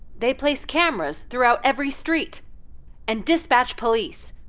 they place cameras throughout every street and dispatch police.